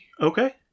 Okay